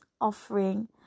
offering